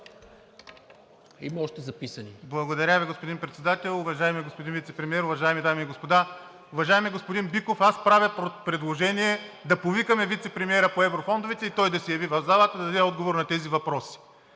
ЧОБАНОВ (ДПС): Благодаря Ви, господин Председател. Уважаеми господин Вицепремиер, уважаеми дами и господа! Уважаеми господин Биков, аз правя предложение да повикаме вицепремиера по еврофондовете и той да се яви в залата да даде отговор на тези въпроси.